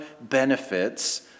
benefits